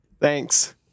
Thanks